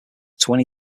twenty